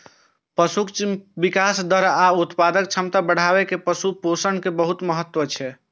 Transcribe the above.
पशुक विकास दर आ उत्पादक क्षमता बढ़ाबै मे पशु पोषण के बहुत महत्व छै